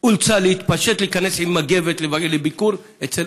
אולצה להתפשט ולהיכנס עם מגבת לביקור אצל